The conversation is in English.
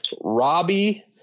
Robbie